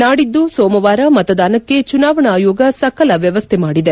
ನಾಡಿದ್ದು ಸೋಮವಾರ ಮತದಾನಕ್ಕೆ ಚುನಾವಣಾ ಆಯೋಗ ಸಕಲ ವ್ಯವಸ್ಥೆ ಮಾಡಿದೆ